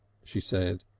she said.